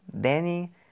Danny